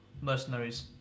mercenaries